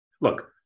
Look